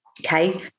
okay